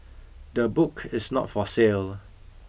the book is not for sale